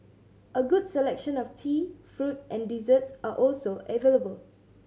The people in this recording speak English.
a good selection of tea fruit and desserts are also available